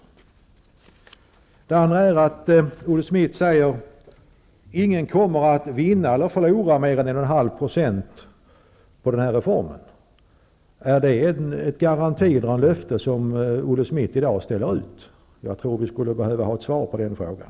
För det andra säger Olle Schmidt att ingen kommer att vinna eller förlora mer än 1 1/2 % på den här reformen. Är det en garanti eller ett löfte som Olle Schmidt i dag ställer ut? Jag tror att vi skulle behöva ett svar på den frågan.